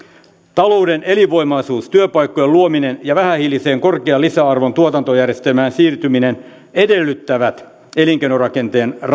talouden elinvoimaisuus työpaikkojen luominen ja vähähiiliseen korkean lisäarvon tuotantojärjestelmään siirtyminen edellyttävät elinkeinorakenteen